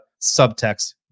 subtext